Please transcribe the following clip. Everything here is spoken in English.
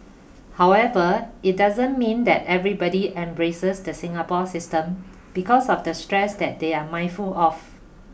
however it doesn't mean that everybody embraces the Singapore system because of the stress that they are mindful of